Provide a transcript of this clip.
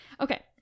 Okay